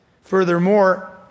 Furthermore